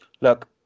look